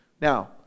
Now